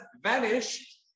vanished